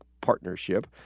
partnership